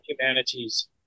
humanities